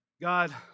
God